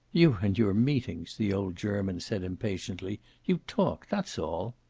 you and your meetings! the old german said impatiently. you talk. that's all.